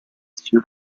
sur